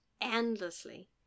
endlessly